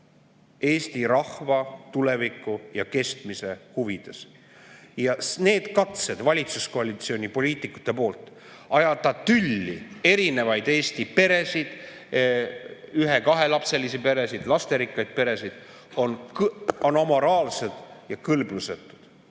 Eesti rahva tuleviku ja kestmise huvides. Need valitsuskoalitsioonipoliitikute katsed ajada tülli erinevaid Eesti peresid, ühe‑kahelapselisi peresid, lasterikkaid peresid, on amoraalsed, kõlblusetud